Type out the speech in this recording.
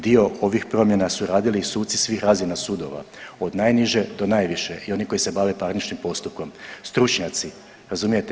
Dio ovih promjena su radili i suci svih razina sudova od najniže do najviše i oni koji se bave parničnim postupkom, stručnjaci, razumijete.